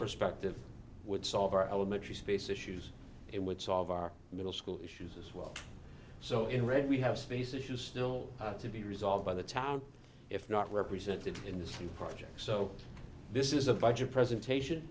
perspective would solve our elementary space issues and would solve our middle school issues as well so in red we have space issues still to be resolved by the town if not represented in the projects so this is a budget presentation